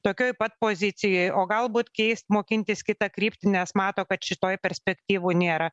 tokioj pat pozicijoj o galbūt keist mokintis kitą kryptį nes mato kad šitoj perspektyvų nėra